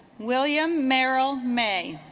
william merrill may